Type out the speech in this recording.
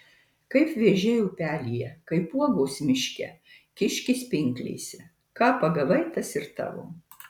kaip vėžiai upelyje kaip uogos miške kiškis pinklėse ką pagavai tas ir tavo